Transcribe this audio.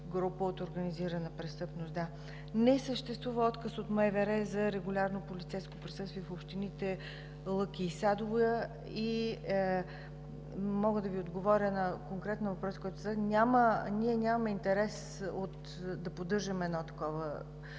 Не съществува отказ от МВР за регулярно полицейско присъствие в общините Лъки и Садово. Мога да отговоря на конкретния въпрос, който задавате: нямаме интерес да поддържаме такова състояние